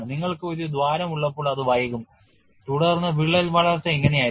നിങ്ങൾക്ക് ഒരു ദ്വാരം ഉള്ളപ്പോൾ അത് വൈകും തുടർന്ന് വിള്ളൽ വളർച്ച ഇങ്ങനെയായിരിക്കും